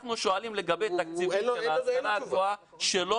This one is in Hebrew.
אנחנו שואלים לגבי תקציבים של ההשכלה הגבוהה שלא